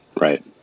Right